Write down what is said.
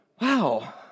wow